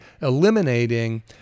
eliminating